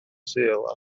sul